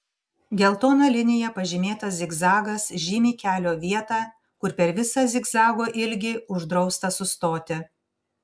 geltona linija pažymėtas zigzagas žymi kelio vietą kur per visą zigzago ilgį uždrausta sustoti